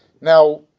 Now